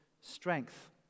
strength